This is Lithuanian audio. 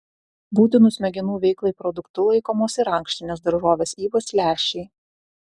būtinu smegenų veiklai produktu laikomos ir ankštinės daržovės ypač lęšiai